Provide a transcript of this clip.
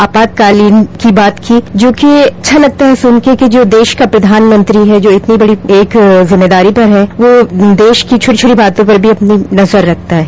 आपातकाल की बात की जो कि अच्छा लगता है सुनकर जो देश का प्रधानमंत्री है जो इतनी बड़ी एक जिम्मेदारी पर है वह देश की छोटी छोटी बातों पर भी अपनी नजर रखता है